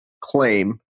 claim